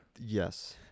Yes